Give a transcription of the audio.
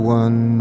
one